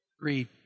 Read